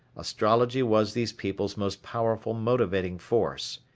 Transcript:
astrology was these people's most powerful motivating force.